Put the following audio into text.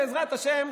בעזרת השם,